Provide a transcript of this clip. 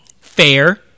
fair